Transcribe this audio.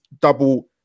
double